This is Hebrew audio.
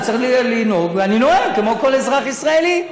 אני צריך לנהוג ואני נוהג כמו כל אזרח ישראלי.